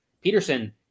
Peterson